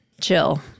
chill